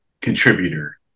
contributor